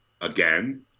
again